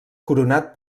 coronat